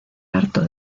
harto